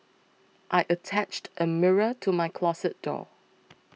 I attached a mirror to my closet door